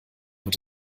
wird